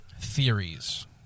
theories